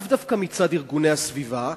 לאו דווקא מצד ארגוני הסביבה,